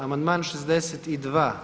Amandman 62.